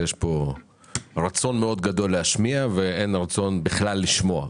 יש פה רצון גדול מאוד להשמיע ואין בכלל רצון לשמוע.